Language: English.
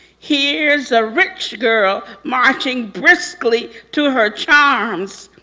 here's a rich girl marching briskly to her charms.